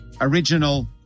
original